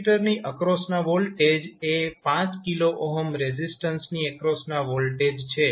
કેપેસિટરની એક્રોસના વોલ્ટેજ એ 5 k રેઝિસ્ટન્સની એક્રોસના વોલ્ટેજ છે